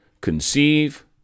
Conceive